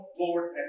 Lord